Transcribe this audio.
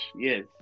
Yes